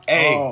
Hey